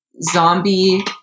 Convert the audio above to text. zombie